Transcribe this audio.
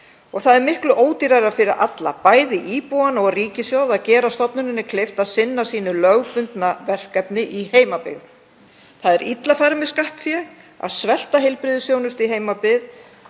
Það er miklu ódýrara fyrir alla, bæði íbúana og ríkissjóð, að gera stofnuninni kleift að sinna sínu lögbundna verkefni í heimabyggð. Það er illa farið með skattfé að svelta heilbrigðisþjónustu í heimabyggð,